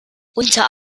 unter